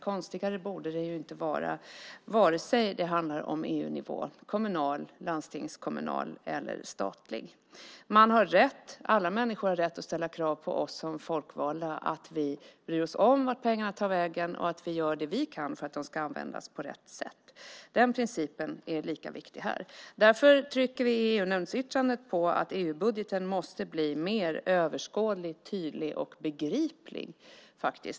Konstigare borde det inte vara vare sig det handlar om EU-nivån eller det handlar om den kommunala, landstingskommunala eller statliga nivån. Alla människor har rätt att ställa krav på att vi folkvalda bryr oss om vart pengarna tar vägen och att vi gör vad vi kan för att pengarna används på rätt sätt. Den principen är lika viktig här. Därför trycker vi i EU-nämndens yttrande på att EU-budgeten måste bli mer överskådlig, tydlig och begriplig.